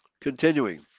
Continuing